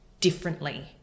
differently